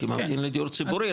כממתין לדיור ציבורי,